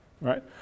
right